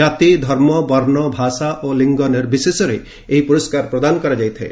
ଜାତି ଧର୍ମ ବର୍ଷ ଭାଷା ଓ ଲିଙ୍ଗ ନିର୍ବିଶେଷରେ ଏହି ପ୍ରରସ୍କାର ପ୍ରଦାନ କରାଯାଇଥାଏ